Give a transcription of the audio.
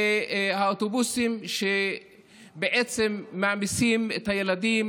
והאוטובוסים שמעמיסים את הילדים